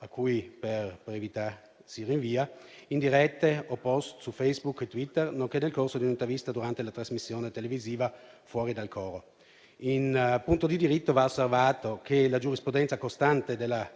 a cui si rinvia, in dirette o *post* su Facebook e Twitter, nonché nel corso di un'intervista durante la trasmissione televisiva «Fuori dal coro». In punto di diritto, va osservato che la giurisprudenza costante della